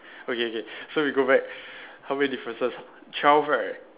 okay K so we go back how many differences twelve right